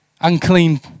Unclean